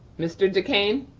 mr. decane?